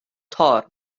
thor